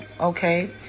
Okay